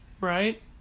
Right